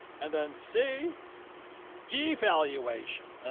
and then c devaluation,